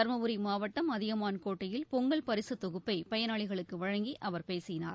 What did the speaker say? தர்மபுரி மாவட்டம் அதியமான் கோட்டையில் பொங்கல் பரிசுத் தொகுப்பை பயனாளிகளுக்கு வழங்கி அவர் பேசினார்